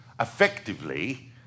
...effectively